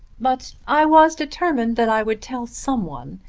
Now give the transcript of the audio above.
but i was determined that i would tell some one.